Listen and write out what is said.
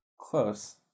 Close